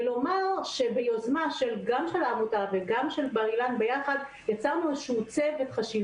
ביוזמה של העמותה ואוניברסיטת בר אילן ביחד יצרנו